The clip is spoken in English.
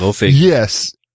yes